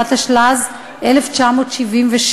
התשל"ז 1977,